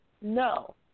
No